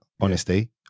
Honesty